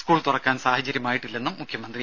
school തുറക്കാൻ സാഹചര്യമായിട്ടില്ലെന്നും മുഖ്യമന്ത്രി